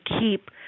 keep